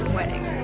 wedding